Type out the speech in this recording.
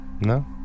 No